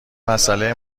مساله